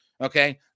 Okay